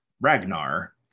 ragnar